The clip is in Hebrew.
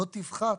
לא תפחת,